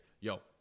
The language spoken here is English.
Yo